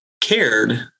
cared